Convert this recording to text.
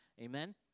Amen